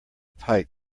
pipe